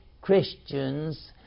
Christians